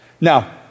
Now